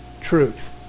truth